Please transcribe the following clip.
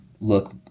look